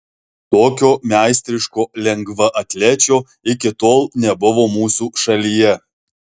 tokio meistriško lengvaatlečio iki tol nebuvo mūsų šalyje